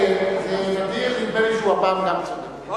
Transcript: זה נדיר, נדמה לי שגם הפעם הוא צודק.